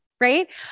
right